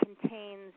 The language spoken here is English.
contains